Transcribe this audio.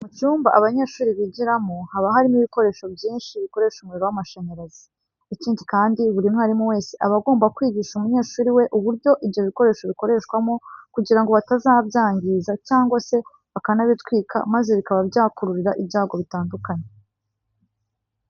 Mu cyumba abanyeshuri bigiramo, haba harimo bikoresho byinshi bikoresha umuriro w'amashanyarazi. Ikindi kandi, buri mwarimu wese aba agomba kwigisha umunyeshuri we uburyo ibyo bikoresho bikoreshwamo kugira ngo batazabyangiza cyangwa se bakanabitwika maze bikaba byabakururira ibyago bitandukanye.